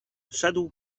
szedł